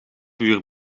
uur